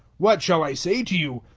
what shall i say to you?